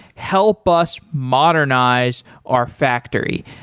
help us modernize our factory.